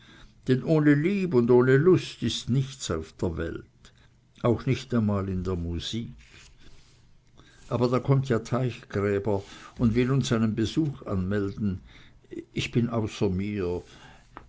denn ohne lieb und ohne lust ist nichts in der welt auch nicht einmal in der musik aber da kommt ja teichgräber und will uns einen besuch anmelden ich bin außer mir